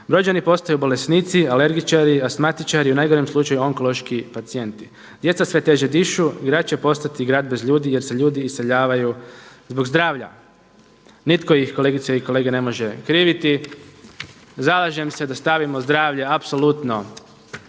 Brođani postaju bolesnici, alergičari, asmatičari u najgorem slučaju onkološki pacijenti. Djeca sve teže dišu, grad će postati grad bez ljudi jer se ljudi iseljavaju zbog zdravlja. Nitko ih kolegice i kolege ne može kriviti. Zalažem se da stavimo zdravlje apsolutno